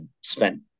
spent